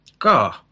God